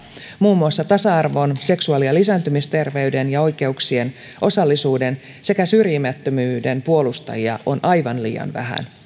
muun muassa tasa arvon seksuaali ja lisääntymisterveyden ja oikeuksien osallisuuden sekä syrjimättömyyden puolustajia on aivan liian vähän